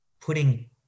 putting